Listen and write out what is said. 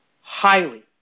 highly